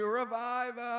revive